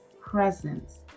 presence